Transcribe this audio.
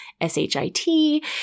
S-H-I-T